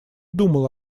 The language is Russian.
думал